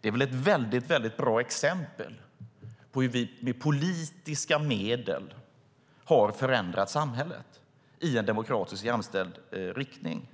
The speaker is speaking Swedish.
Det är ett bra exempel på hur vi med politiska medel har förändrat samhället i en demokratiskt jämställd riktning.